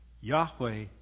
Yahweh